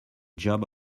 job